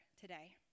today